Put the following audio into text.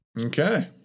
Okay